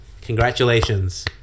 Congratulations